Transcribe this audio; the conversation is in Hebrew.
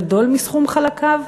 גדול מסכום חלקיו?